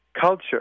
culture